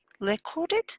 recorded